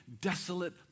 desolate